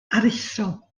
aruthrol